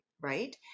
right